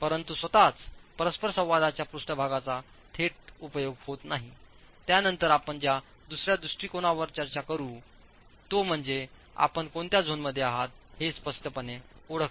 परंतु स्वतःच परस्परसंवादाच्या पृष्ठभागाचा थेट उपयोग होत नाहीत्यानंतर आपण ज्या दुसर्या दृष्टिकोनावर चर्चा करूया तो म्हणजे आपण कोणत्या झोनमध्ये आहात हे स्पष्टपणे ओळखते